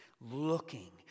looking